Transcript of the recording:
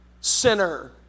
sinner